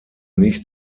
nicht